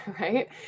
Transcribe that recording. right